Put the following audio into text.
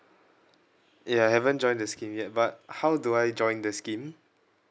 ya I haven't join the scheme yet but how do I join the scheme